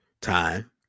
time